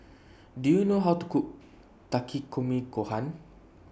Do YOU know How to Cook Takikomi Gohan